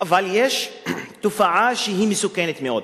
אבל יש תופעה שהיא מסוכנת מאוד: